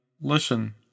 Listen